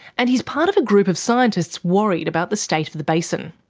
and he's part of a group of scientists worried about the state of the basin.